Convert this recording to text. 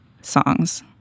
songs